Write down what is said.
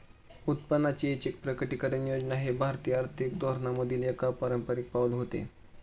उत्पन्नाची ऐच्छिक प्रकटीकरण योजना हे भारतीय आर्थिक धोरणांमधील एक अपारंपारिक पाऊल होते